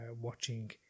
watching